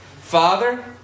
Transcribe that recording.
Father